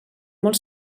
molt